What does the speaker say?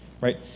right